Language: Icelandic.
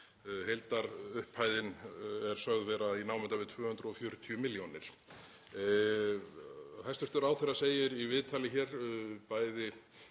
Heildarupphæðin er sögð vera í námunda við 240 milljónir. Hæstv. ráðherra segir í viðtali hér, bæði